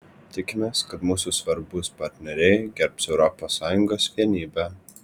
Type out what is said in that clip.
tikimės kad mūsų svarbūs partneriai gerbs europos sąjungos vienybę